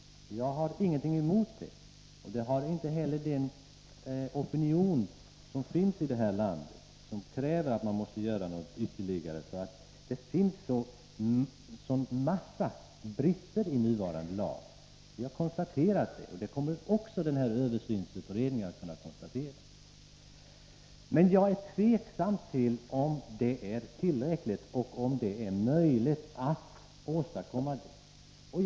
Jag har ingenting emot det, och det har inte heller den svenska opinion som kräver att man skall ingripa hårdare. Det finns ju en mängd brister i den nuvarande lagen. Det har vi konstaterat, och det kommer också översynsutredningen att kunna konstatera. Men jag är tveksam till om en skärpning av lagen är tillräcklig och om det är möjligt att åstadkomma en sådan.